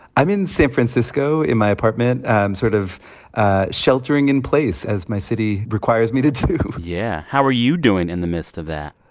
i'm in san francisco in my apartment. i'm sort of ah sheltering in place, as my city requires me to do yeah. how are you doing in the midst of that?